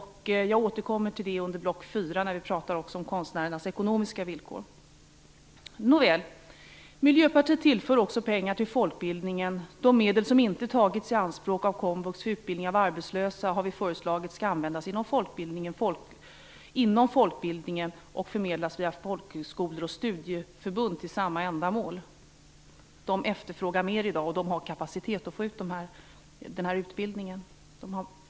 Jag återkommer till det under block 4, när vi skall prata om konstnärernas ekonomiska villkor. Miljöpartiet tillför också pengar till folkbildningen. Vi har föreslagit att de medel som inte tagits i anspråk av komvux för utbildning av arbetslösa skall användas inom folkbildningen, förmedlade via folkhögskolor och studieförbund, för samma ändamål. Dessa har köer och efterfrågar i dag mer, och de har kapacitet för att få ut denna utbildning.